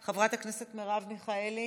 חברת הכנסת מרב מיכאלי,